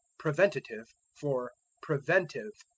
preventative for preventive.